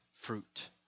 fruit